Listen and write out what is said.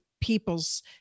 people's